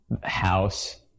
house